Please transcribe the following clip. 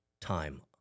time